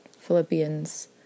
Philippians